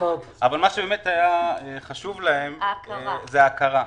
מה שבאמת היה חשוב להם זאת ההכרה.